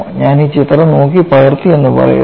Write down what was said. ഞാൻ ഈ ചിത്രം നോക്കി പകർത്തി എന്ന് പറയരുത്